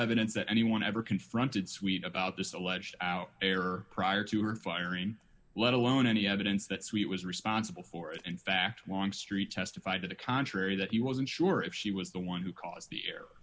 evidence that anyone ever confronted sweet about this alleged out error prior to her firing let alone any evidence that sweet was responsible for it in fact longstreet testified to the contrary that he wasn't sure if she was the one who caused the